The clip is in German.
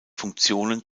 funktionen